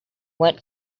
went